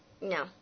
No